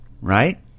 right